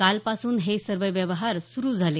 कालपासून हे सर्व व्यवहार सुरु झाले